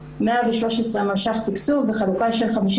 113 מיליון שקל תקצוב בחלוקה של 52